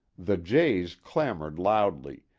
the jays clamored loudly,